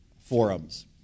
forums